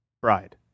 bride